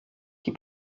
die